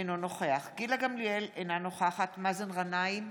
אינו נוכח גילה גמליאל, אינה נוכחת מאזן גנאים,